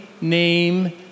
name